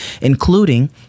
including